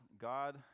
God